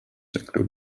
include